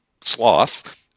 sloth